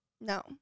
No